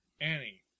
Annie